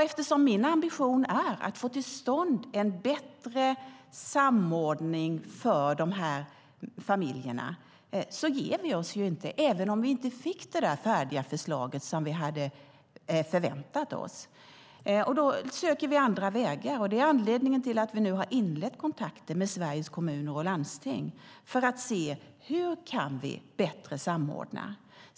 Eftersom min ambition är att få till stånd en bättre samordning för dessa familjer ger vi oss inte även om vi inte fick det färdiga förslaget som vi hade förväntat oss. Vi söker då andra vägar. Det är anledningen till att vi nu har inlett kontakter med Sveriges Kommuner och Landsting för att se hur vi kan samordna bättre.